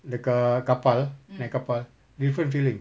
dekat keppel there keppel different feeling